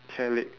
chair leg